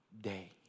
day